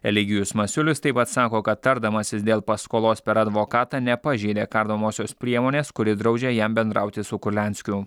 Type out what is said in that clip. eligijus masiulis taip pat sako kad tardamasis dėl paskolos per advokatą nepažeidė kardomosios priemonės kuri draudžia jam bendrauti su kurlianskiu